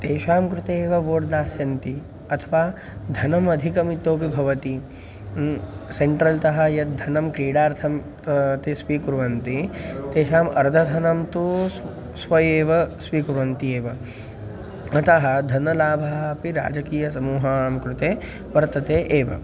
तेषां कृते एव वोट् दास्यन्ति अथवा धनम् अधिकमितोपि भवति सेण्ट्रल् तः यद्धनं क्रीडार्थं ते स्वीकुर्वन्ति तेषाम् अर्धधनं तु स्व एव स्वीकुर्वन्ति एव अतः धनलाभः अपि राजकीयसमूहानां कृते वर्तते एव